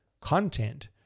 content